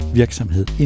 virksomhed